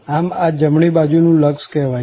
આમ આ જમણી બાજુનું લક્ષ કહેવાય છે